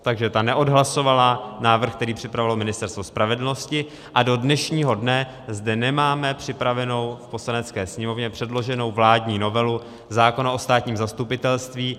Takže ta neodhlasovala návrh, který připravovalo Ministerstvo spravedlnosti, a do dnešního dne zde nemáme připravenou a v Poslanecké sněmovně předloženou vládní novelu zákona o státním zastupitelství.